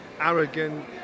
arrogant